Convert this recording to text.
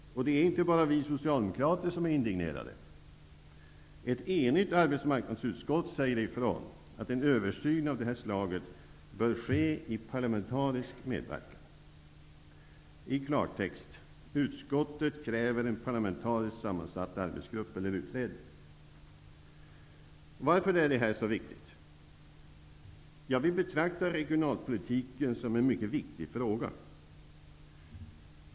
Och det är inte bara vi socialdemokrater som är indignerade -- ett enigt arbetsmarknadsutskott säger att en översyn av detta slag bör ske under parlamentarisk medverkan. I klartext: Utskottet kräver en parlamentariskt sammansatt arbetsgrupp eller utredning. Varför är detta så viktigt? Jo, vi betraktar regionalpolitiken som en mycket viktig fråga.